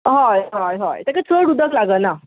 होय होय होय तेंकां चड उदक लागना